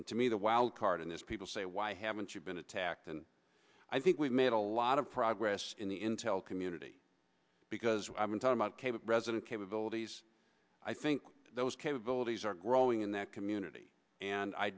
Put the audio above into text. and to me the wildcard in this people say why haven't you been attacked and i think we've made a lot of progress in the intel community because i've been talking about resident capabilities i think those capabilities are growing in that community and i